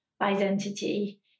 identity